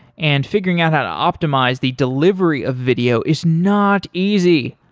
and figuring out how to optimize the delivery of video is not easy,